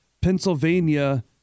Pennsylvania